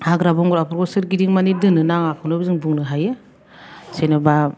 हाग्रा बंग्राफोरखौ सोरगिदिं माने दोननो नाङाखौनो जों बुंनो हायो जेनेबा